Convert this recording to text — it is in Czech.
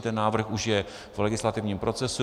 Ten návrh už je v legislativním procesu.